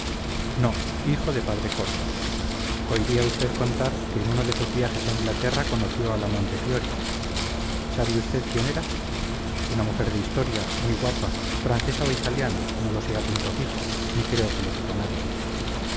no hijo de padre corso oiría usted contar que en uno de sus viajes a inglaterra conoció a la montefiori sabe usted quién era una mujer de historia muy guapa francesa o italiana no lo sé a punto fijo ni creo que lo supo nadie